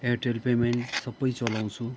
Airtel payment सबै चलाउँछु